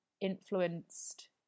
influenced